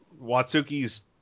Watsuki's